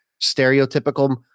stereotypical